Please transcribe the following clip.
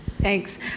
Thanks